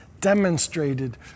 demonstrated